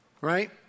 right